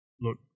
look